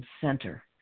center